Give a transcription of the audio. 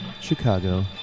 Chicago